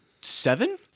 seven